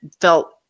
felt